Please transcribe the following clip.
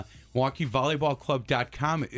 MilwaukeeVolleyballClub.com